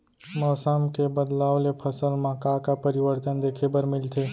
मौसम के बदलाव ले फसल मा का का परिवर्तन देखे बर मिलथे?